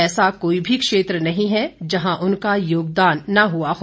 ऐसा कोई भी क्षेत्र नहीं हैं जहां उनका योगदान न हुआ हो